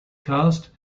cast